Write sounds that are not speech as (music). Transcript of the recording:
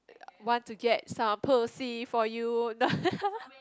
(noise) want to get some pussy for you (laughs)